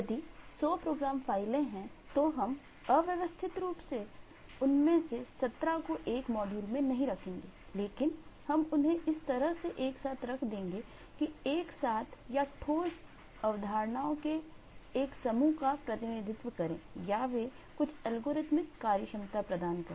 यदि 100 प्रोग्राम फाइलें हैं तो हम अव्यवस्थित रूप से उनमें से 17 को 1 मॉड्यूल में नहीं रखेंगेलेकिन हम उन्हें इस तरह से एक साथ रख देंगे कि वे एक साथ या तो ठोस अवधारणाओं के एक समूह का प्रतिनिधित्व करें या वे कुछ एल्गोरिथम कार्यक्षमता प्रदान करें